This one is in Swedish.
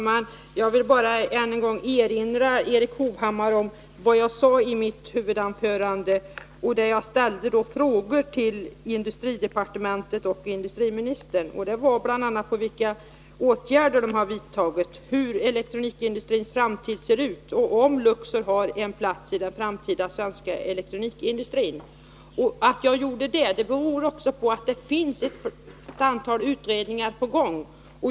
Fru talman! Jag vill bara än en gång erinra Erik Hovhammar om vad jag sade i mitt huvudanförande, där jag ställde frågor till industridepartementet och industriministern. De gällde bl.a. vilka åtgärder som vidtagits, hur elektronikindustrins framtid ser ut och om Luxor har en plats i den framtida svenska elektronikindustrin. Att jag ställde dessa frågor beror också på att det finns ett antal utredningar i gång.